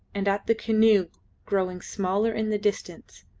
and at the canoe growing smaller in the distance,